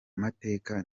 mateka